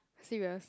serious